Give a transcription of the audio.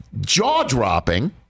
jaw-dropping